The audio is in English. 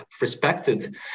respected